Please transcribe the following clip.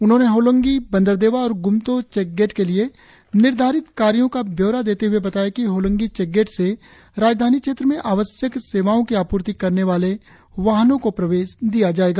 उन्होंने होलोंगी बंदरदेवा और ग्म्तो चेकगेट के लिए निर्धारित कार्यो का ब्यौरा देते हुए बताया कि होलोंगी चेकगेट से राजधानी क्षेत्र में आवश्यक सेवाओ की आपूर्ति करने वाले वाहनों को प्रवेश दिया जाएगा